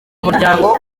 muryango